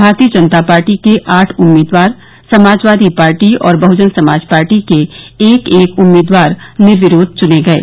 भारतीय जनता पार्टी के आठ उम्मीदवार समाजवादी पार्टी और बहजन समाज पार्टी के एक एक उम्मीदवार निर्विरोध चुने गये